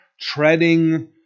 treading